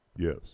yes